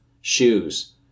shoes